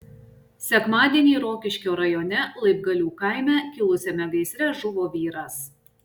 sekmadienį rokiškio rajone laibgalių kaime kilusiame gaisre žuvo vyras